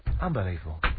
Unbelievable